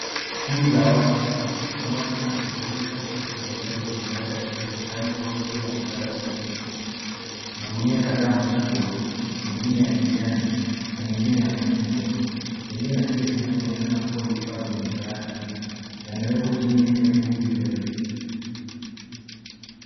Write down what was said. Kundi la watu, wanaoonekana kushiriki katika usambazaji wa misaada ya kibinadamu, au tukio la msaada wa jamii. Magunia kadhaa makubwa, mengine ya kijani, na mengine ya machungwa, yalio na kile kinachoonekana kuwa vifaa vya msaada, yamewekwa chini yenye vumbi mbele.